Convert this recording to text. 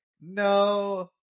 no